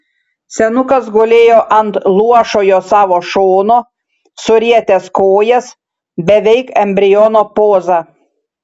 senukas gulėjo ant luošojo savo šono surietęs kojas beveik embriono poza